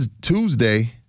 Tuesday